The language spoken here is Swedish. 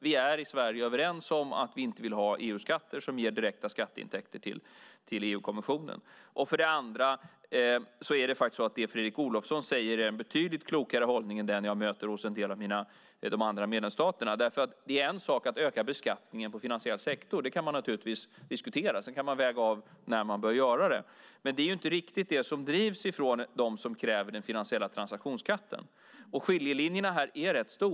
Vi är i Sverige överens om att vi inte vill ha EU-skatter som ger direkta skatteintäkter till EU-kommissionen. För det andra är det som Fredrik Olovsson säger en betydligt klokare hållning än den som jag möter hos en del av de andra medlemsstaterna. Det är en sak att öka beskattningen på den finansiella sektorn. Det kan man naturligtvis diskutera. Sedan kan man väga av när man bör göra det. Men det är inte riktigt det som drivs från dem som kräver den finansiella transaktionsskatten. Skiljelinjerna här är rätt stora.